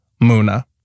Muna